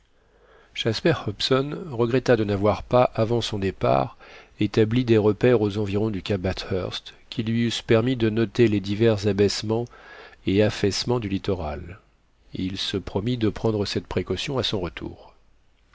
jasper hobson regretta de n'avoir pas avant son départ établi des repères aux environs du cap bathurst qui lui eussent permis de noter les divers abaissements et affaissements du littoral il se promit de prendre cette précaution à son retour